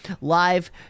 live